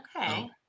okay